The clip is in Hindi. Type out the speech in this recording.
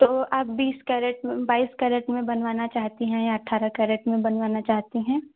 तो आप बीस कैरेट बाइस कैरेट में बनवाना चाहती हैं या अठारह कैरेट में बनवाना चाहती हैं